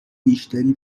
بیشتری